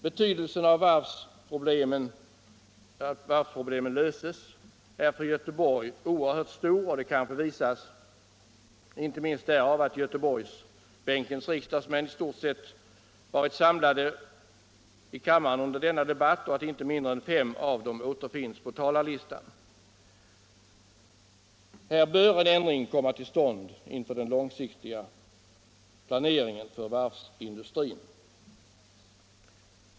Betydelsen av att varvsproblemen löses är för Göteborg oerhört stor. Det kanske visas därav att Göteborgsbänkens riksdagsmän i stort sett varit samlade i kammaren under denna debatt och att inte mindre än fem av dem återfinns på talarlistan. Här bör en ändring komma till stånd inför den långsiktiga planeringen för varvsindustrin.